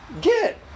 Get